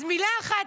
אז מילה אחת,